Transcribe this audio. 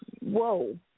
Whoa